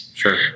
sure